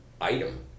item